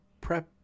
Prep